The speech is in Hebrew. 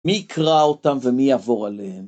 מי יקרא אותם ומי יעבור עליהם?